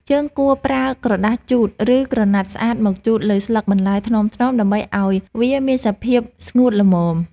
យើងគួរប្រើក្រដាសជូត ឬក្រណាត់ស្អាតមកជូតលើស្លឹកបន្លែថ្នមៗ ដើម្បីឱ្យវាមានសភាពស្ងួតល្មម។